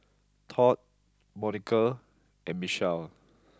Tod Monica and Michelle